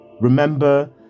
Remember